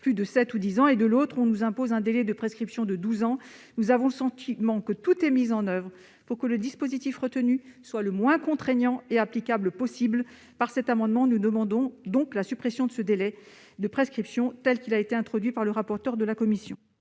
ou de dix ans. De l'autre, on nous impose un délai de prescription de douze ans. Nous avons le sentiment que tout est mis en oeuvre pour que le dispositif retenu soit le moins contraignant et applicable possible. Par cet amendement, nous demandons donc la suppression de ce délai de prescription tel qu'il a été introduit par la commission.